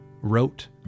wrote